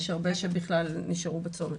יש הרבה שבכלל נשארו בצומת.